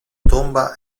tomba